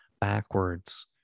backwards